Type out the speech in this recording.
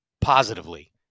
positively